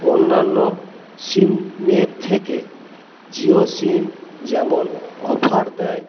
অন্যান্য সিমের থেকে জিও সিম যেমন অফার দেয়